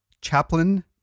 Chaplain